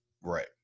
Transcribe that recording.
right